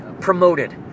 promoted